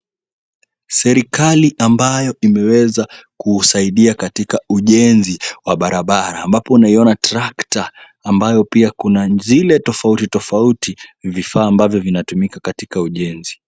Serikali ambayo imeweza kusaidia katika ujenzi wa barabara ambapo unaiona tractor ambayo pia kuna zile tofauti tofauti vifaa ambavyo vinatumika katika ujenzi.